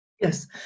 yes